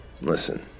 listen